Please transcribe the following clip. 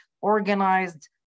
organized